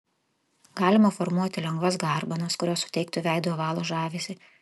galima formuoti lengvas garbanas kurios suteiktų veidui ovalo žavesį